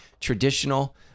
traditional